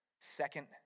Second